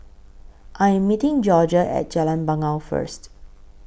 I Am meeting Jorja At Jalan Bangau First